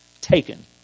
taken